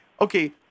Okay